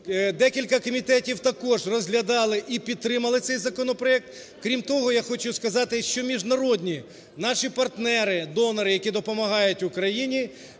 Декілька комітетів також розглядали і підтримали цей законопроект. Крім того, я хочу сказати, що міжнародні наші партнери-донори, які допомагають Україні